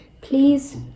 please